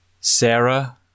Sarah